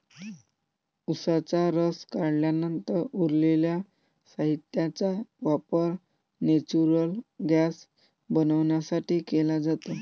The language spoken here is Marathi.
उसाचा रस काढल्यानंतर उरलेल्या साहित्याचा वापर नेचुरल गैस बनवण्यासाठी केला जातो